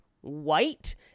white